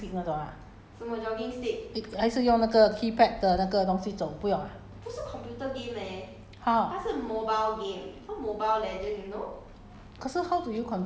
orh 你们的 mobile legend 可以用 ipad 这种的 ah 不用用那个 jogging stick 那种 ah 还是用那个 keypad 的那个东西走不用 ah how